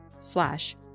slash